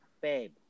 babe